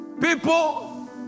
people